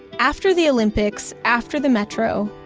after the olympics, after the metro,